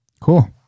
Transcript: Cool